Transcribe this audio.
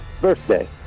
Birthday